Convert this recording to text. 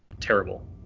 terrible